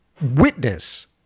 witness